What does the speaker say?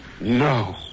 No